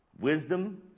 wisdom